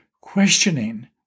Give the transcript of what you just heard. questioning